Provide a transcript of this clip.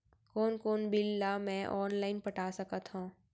कोन कोन बिल ला मैं ऑनलाइन पटा सकत हव?